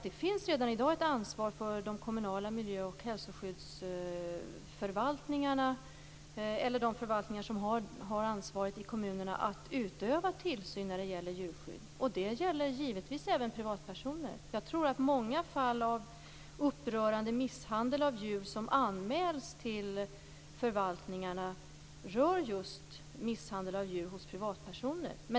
Det finns redan i dag ett ansvar för de kommunala miljö och hälsoskyddsförvaltningarna, eller de förvaltningar som har ansvaret i kommunerna, att utöva tillsyn när det gäller djurskydd. Det gäller givetvis även privatpersoner. Jag tror att många fall av upprörande misshandel av djur som anmäls till förvaltningarna rör just fall av misshandel av djur hos privatpersoner.